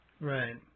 right